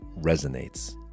resonates